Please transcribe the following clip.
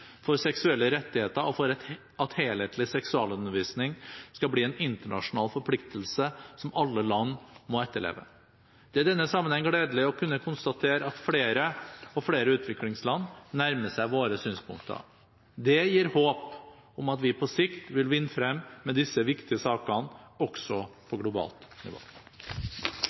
for seksuelle rettigheter og for at helhetlig seksualundervisning skal bli en internasjonal forpliktelse som alle land må etterleve. Det er i denne sammenheng gledelig å kunne konstatere at flere og flere utviklingsland nærmer seg våre synspunkter. Det gir håp om at vi på sikt vil vinne frem med disse viktige sakene også på